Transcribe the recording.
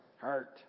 Heart